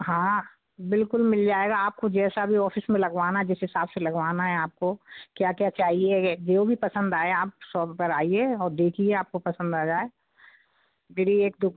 हाँ बिल्कुल मिल जाएगा आपको जैसा भी ऑफिस में लगवाना जिस हिसाब से लगवाना है आपको क्या क्या चाहिए या जो भी पसंद आए आप सॉप पर आइए और देखिए आपको पसंद आ जाए मेरी एक दो